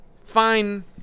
Fine